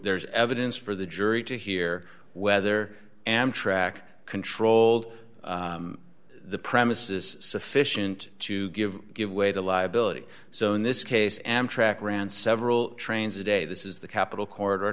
there's evidence for the jury to hear whether amtrak controlled the premises sufficient to give give way to liability so in this case amtrak ran several trains a day this is the capital corridor